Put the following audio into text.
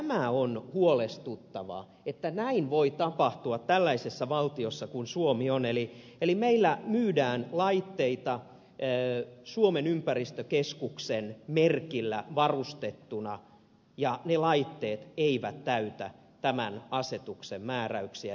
tämä on huolestuttavaa että näin voi tapahtua tällaisessa valtiossa kuin suomi on eli meillä myydään laitteita suomen ympäristökeskuksen merkillä varustettuna ja ne laitteet eivät täytä tämän asetuksen määräyksiä